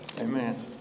Amen